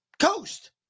coast